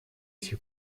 сих